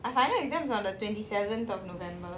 my final exam is on the twenty seventh of november